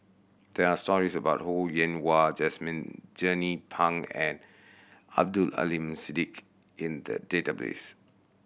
there are stories about Ho Yen Wah Jesmine Jernnine Pang and Abdul Aleem Siddique in the database